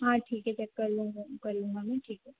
हाँ ठीक है चेक कर लूँगा कर लूँगा मैं ठीक है